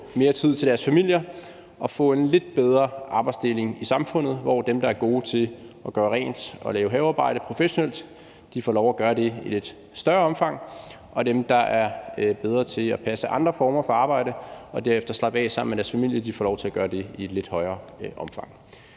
mere tid til deres familie, og så vi kan få en lidt bedre arbejdsdeling i samfundet, hvor dem, der er gode til at gøre rent og lave havearbejde professionelt, får lov at gøre det i lidt større omfang og dem, der er bedre til at passe andre former for arbejde og derefter slappe af sammen med deres familier, får lov til at gøre det i et lidt større omfang.